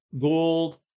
Gold